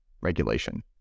regulation